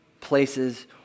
places